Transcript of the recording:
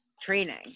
training